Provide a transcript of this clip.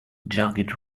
jagged